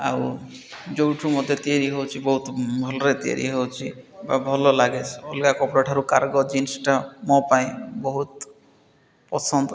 ଆଉ ଯୋଉଠୁ ମୋତେ ତିଆରି ହେଉଛି ବହୁତ ଭଲରେ ତିଆରି ହେଉଛି ବା ଭଲ ଲାଗେ ଅଲଗା କପଡ଼ା ଠାରୁ କାର୍ଗୋ ଜିନ୍ସଟା ମୋ ପାଇଁ ବହୁତ ପସନ୍ଦ